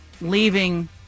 leaving